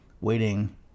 waiting